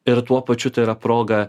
ir tuo pačiu tai yra proga